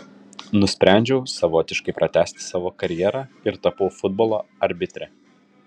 nusprendžiau savotiškai pratęsti savo karjerą ir tapau futbolo arbitre